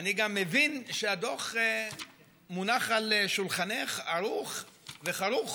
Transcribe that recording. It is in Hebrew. ואני גם מבין שהדוח מונח על שולחנך ערוך וכרוך.